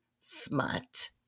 smut